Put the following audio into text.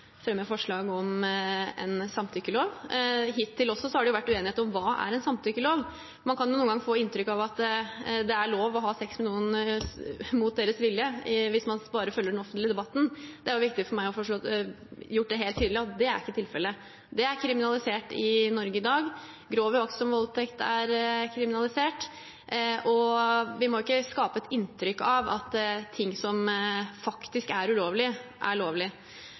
fremme forslag om en samtykkelov. Hittil har det også vært uenighet om hva som er en samtykkelov. Man kan noen ganger få inntrykk av at det er lov å ha sex med noen mot deres vilje, hvis man bare følger den offentlige debatten. Det er viktig for meg å få gjort det helt tydelig at det ikke er tilfellet. Det er kriminalisert i Norge i dag. Grov uaktsom voldtekt er kriminalisert, og vi må ikke skape et inntrykk av at ting som faktisk er ulovlig, er lovlig.